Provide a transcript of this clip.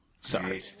Sorry